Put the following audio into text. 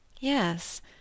Yes